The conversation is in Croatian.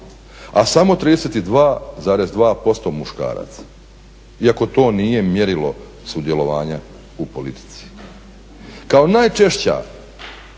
a samo 32,2% muškaraca, iako to nije mjerilo sudjelovanja u politici. Kao najčešći